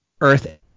Earth